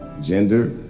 Gender